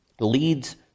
leads